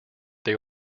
they